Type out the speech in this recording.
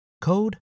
code